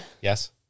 Yes